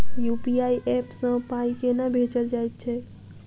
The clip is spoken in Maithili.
यु.पी.आई ऐप सँ पाई केना भेजल जाइत छैक?